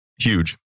Huge